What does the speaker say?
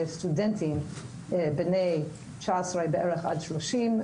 ד"ר שרה ברנשטיין גם נמצאת איתנו היום בשיח.